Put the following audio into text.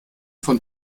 von